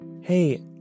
hey